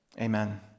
Amen